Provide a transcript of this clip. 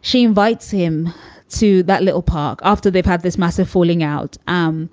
she invites him to that little park after they've had this massive falling out. um